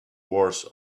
words